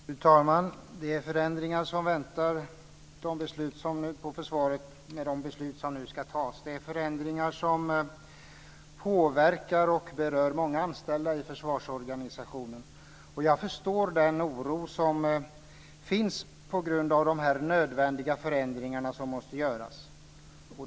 Fru talman! Förändringar väntar inom försvaret med de beslut som nu ska fattas. Det är förändringar som påverkar och berör många anställda i försvarsorganisationen. Jag förstår den oro som finns på grund av de nödvändiga förändringar som måste göras.